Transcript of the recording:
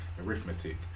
arithmetic